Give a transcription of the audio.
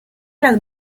las